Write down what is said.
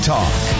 Talk